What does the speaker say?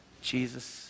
Jesus